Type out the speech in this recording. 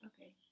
Okay